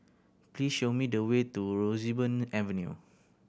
please show me the way to Roseburn Avenue